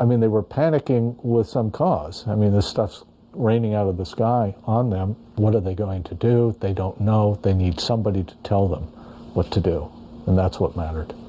i mean they were panicking with some cause i mean this stuff's raining out of the sky on them. what are they going to do? they don't know if they need somebody to tell them what to do and that's what mattered